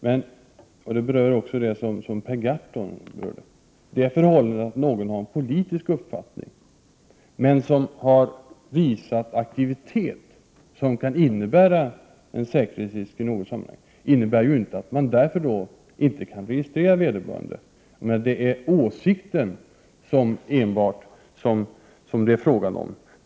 Men — och detta berör också det som Per Gahrton tog upp — det förhållandet att någon har en politisk uppfattning och har visat aktivitet som kan innebära en säkerhetsrisk i något sammanhang innebär ju inte att man för den skull är förhindrad att registrera vederbörande. Det är alltså enbart åsikten som förbudet gäller.